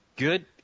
Good